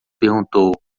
perguntou